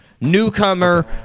Newcomer